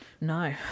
no